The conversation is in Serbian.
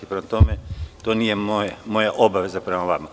Prema tome, to nije moja obaveza prema vama.